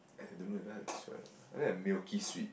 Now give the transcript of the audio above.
!aiya! I don't know it's very hard to describe lah I lke milky sweet